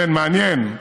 מעניין,